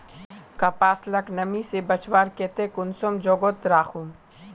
कपास लाक नमी से बचवार केते कुंसम जोगोत राखुम?